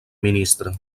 ministre